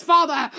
Father